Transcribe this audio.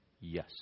Yes